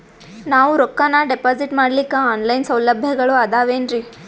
ನಾವು ರೊಕ್ಕನಾ ಡಿಪಾಜಿಟ್ ಮಾಡ್ಲಿಕ್ಕ ಆನ್ ಲೈನ್ ಸೌಲಭ್ಯಗಳು ಆದಾವೇನ್ರಿ?